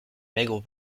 maigre